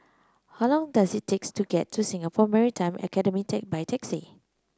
how long does it take to get to Singapore Maritime Academy by taxi